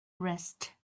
rest